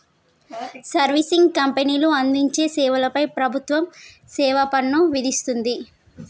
servicing కంపెనీలు అందించే సేవల పై ప్రభుత్వం సేవాపన్ను విధిస్తుంది